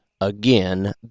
again